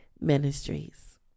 Ministries